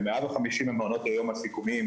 במעל 50 ממעונות היום השיקומיים